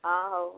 ହଁ ହେଉ